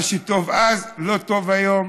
מה שטוב אז לא טוב היום.